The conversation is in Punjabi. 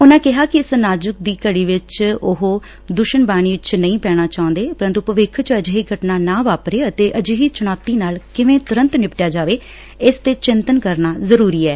ਉਨਾਂ ਕਿਹਾ ਕਿ ਇਸ ਨਾਜ਼ੁਕ ਦੀ ਘਤੀ ਚ ਉਹ ਦੁਸ਼ਣਬਾਜ਼ੀ ਚ ਨਹੀ ਪੈਣਾ ਚਾਹੁੰਦੇ ਪਰੰੜੂ ਭਵਿੱਖ ਚ ਅਜਿਹੀ ਘਟਨਾ ਨਾ ਵਾਪਰੇ ਅਤੇ ਅਜਿਹੀ ਚੁਣੌਤੀ ਨਾਲ ਕਿਵੇਂ ਤੁਰੰਤ ਨਿਪਟਿਆ ਜਾਵੇ ਇਸ 'ਤੇ ਚਿੰਤਨ ਕਰਨਾ ਜ਼ਰੁਰੀ ਏ